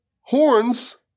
horns